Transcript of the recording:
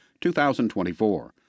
2024